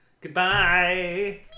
Goodbye